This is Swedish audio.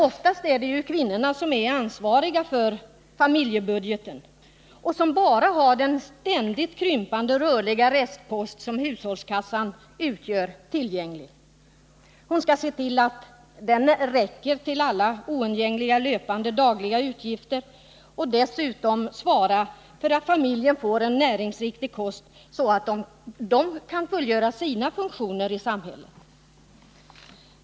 Oftast är det kvinnan som är ansvarig för familjebudgeten och som till sitt förfogande bara har den ständigt krympande rörliga restpost som hushållskassan utgör. Hon skall se till att den räcker till alla oundgängliga löpande dagliga utgifter och dessutom svara för att familjen får en näringsriktig kost, så att familjemedlemmarna kan fullgöra sina funktioner i samhället.